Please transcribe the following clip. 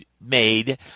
made